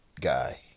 guy